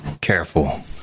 careful